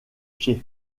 pied